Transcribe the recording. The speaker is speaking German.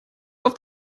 auf